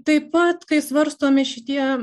taip pat kai svarstomi šitie